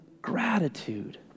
gratitude